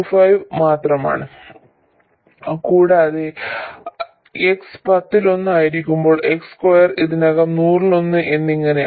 25 മാത്രമാണ് കൂടാതെ x പത്തിലൊന്ന് ആയിരിക്കുമ്പോൾ x സ്ക്വയർ ഇതിനകം നൂറിലൊന്ന് എന്നിങ്ങനെയാണ്